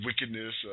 wickedness